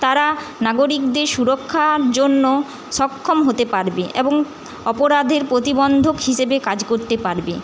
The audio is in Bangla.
তারা নাগরিকদের সুরক্ষার জন্য সক্ষম হতে পারবে এবং অপরাধের প্রতিবন্ধক হিসেবে কাজ করতে পারবে